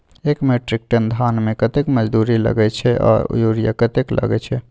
एक metric ton धान में कतेक मजदूरी लागे छै आर यूरिया कतेक लागे छै?